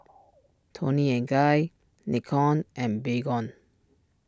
Toni and Guy Nikon and Baygon